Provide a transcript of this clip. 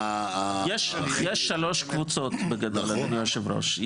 יש שלוש קבוצות, בגדול, אדוני היושב-ראש.